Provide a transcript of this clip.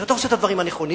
שאתה עושה את הדברים הנכונים,